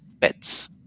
pets